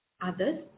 others